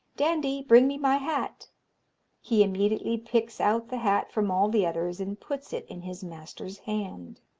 dandie, bring me my hat he immediately picks out the hat from all the others, and puts it in his master's hand.